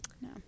No